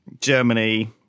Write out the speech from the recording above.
Germany